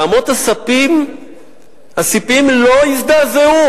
ואמות הספים לא הזדעזעו,